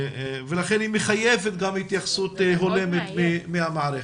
לכן היא מחייבת גם התייחסות הולמת מהמערכת.